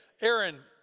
Aaron